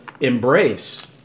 embrace